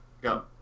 Go